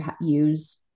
use